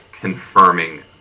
confirming